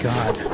God